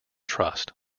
trust